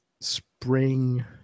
spring